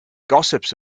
gossips